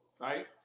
right